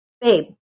Babe